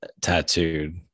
tattooed